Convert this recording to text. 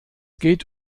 geht